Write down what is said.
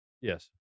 Yes